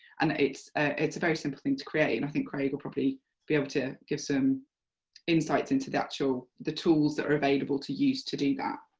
and it's it's a very simple thing to create, and i think craig will probably be able to give some insights into so the tools that are available to use to do that.